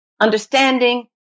understanding